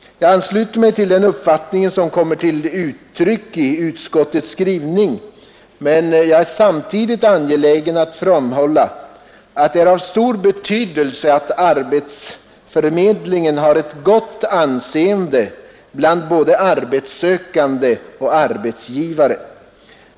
Jag ansluter mig till den uppfattning som kommer till uttryck i utskottets skrivning, men jag är samtidigt angelägen att framhålla att det är av stor betydelse att arbetsförmedlingen har ett gott anseende bland både arbetssökande och arbetsgivare.